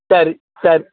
சரி சரி